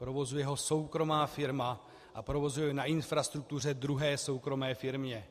Provozuje ho soukromá firma a provozuje ho na infrastruktuře druhé soukromé firmě.